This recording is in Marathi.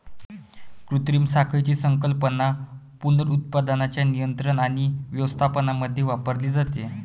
कृत्रिम साखळीची संकल्पना पुनरुत्पादनाच्या नियंत्रण आणि व्यवस्थापनामध्ये वापरली जाते